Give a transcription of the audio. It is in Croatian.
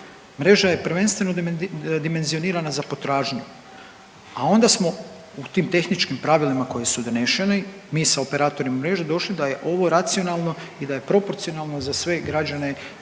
Mreža je prvenstveno dimenzionirana za potražnju, a onda smo u tim tehničkim pravilima koji su doneseni, mi sa operatorima mreže došli da je ovo racionalno i da je proporcionalno za sve građane jednako.